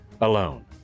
alone